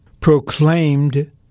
proclaimed